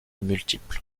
multiples